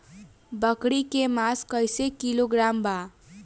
बकरी के मांस कईसे किलोग्राम बा?